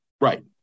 Right